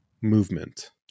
movement